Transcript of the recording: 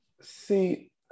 See